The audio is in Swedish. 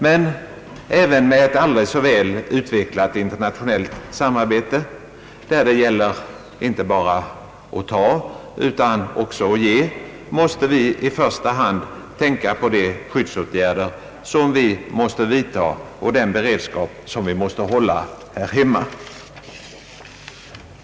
Men även med ett aldrig så väl utvecklat internationellt samarbete, där det gäller inte bara att ta utan också att ge, får vi i första hand tänka på de skyddsåtgärder som vi måste vidta och den beredskap som vi måste hålla här hemma.